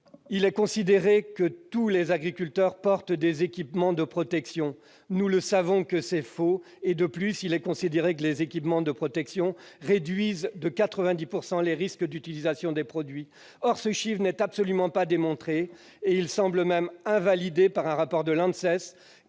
il est considéré que tous les agriculteurs portent des équipements de protection. Nous savons que c'est faux. Et le chiffre selon lequel les équipements de protection réduisent de 90 % les risques d'utilisation des produits n'est absolument pas démontré ; il semble même invalidé par un rapport de l'ANSES,